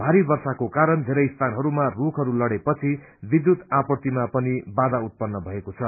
भारी वर्षाको कारण धेरै स्थानहरूमा रूखहरू लड़ेपछि विध्यूत अपूर्तिमा पनि बाधा उत्पन्न भएको छ